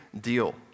deal